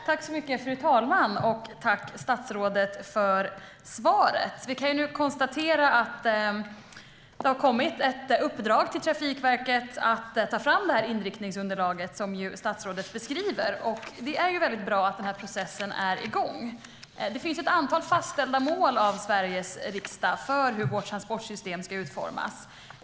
Fru talman! Tack, statsrådet, för svaret! Vi kan nu konstatera att det har kommit ett uppdrag till Trafikverket att ta fram det inriktningsunderlag som statsrådet beskriver. Det är väldigt bra att processen är igång. Det finns ett antal fastställda mål av Sveriges riksdag för hur vårt transportsystem ska utformas.